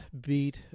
beat